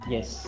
Yes